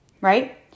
Right